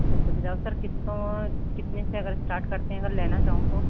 अच्छा sir sir किस्तों कितने से अगर स्टार्ट करते हैं अगर लेना चाहूँ तो